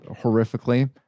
horrifically